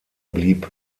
blieb